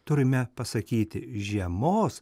turime pasakyti žiemos